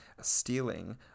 stealing